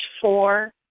four